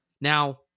Now